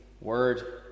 word